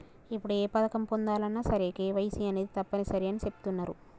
ఇప్పుడు ఏ పథకం పొందాలన్నా సరే కేవైసీ అనేది తప్పనిసరి అని చెబుతున్నరు